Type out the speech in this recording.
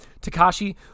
Takashi